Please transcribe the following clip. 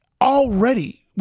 already –